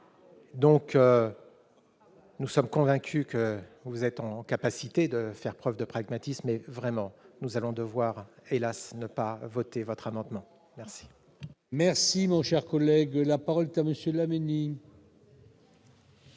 Nous sommes convaincus que vous êtes en capacité de faire preuve de pragmatisme et vraiment nous allons devoir, hélas, ne pas voter votre amendement merci. Merci mon cher collègue, la parole comme monsieur Laménie.